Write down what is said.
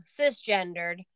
cisgendered